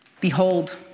Behold